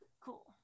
Cool